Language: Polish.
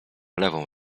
lewą